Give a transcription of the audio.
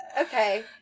Okay